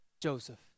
Joseph